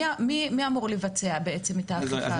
מי אמור לבצע את האכיפה הזו?